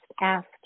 asked